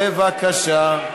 בבקשה.